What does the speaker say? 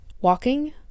Walking